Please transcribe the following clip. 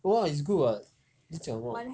what it's good [what] 你在讲什么